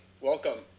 Welcome